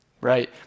right